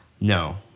no